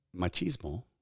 machismo